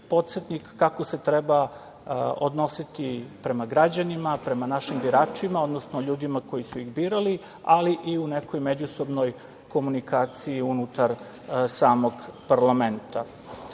podsetnik kako se treba odnositi prema građanima, prema našim biračima, odnosno ljudima koji su ih birali, ali i u nekoj međusobnoj komunikaciji unutar samog parlamenta. Dopada